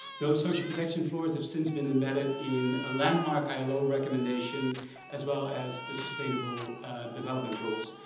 those social protection floors have since been embedded in a landmark ilo recommendation as well as the sustainable development goals.